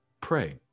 Pray